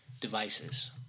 devices